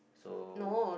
so